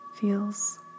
feels